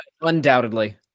Undoubtedly